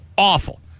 awful